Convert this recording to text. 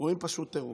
רואים פשוט טירוף.